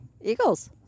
Eagles